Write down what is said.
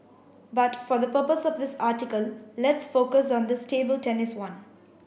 but for the purpose of this article let's focus on this table tennis one